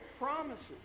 promises